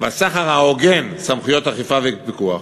ההוגן סמכויות אכיפה ופיקוח.